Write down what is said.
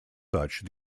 such